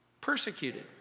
persecuted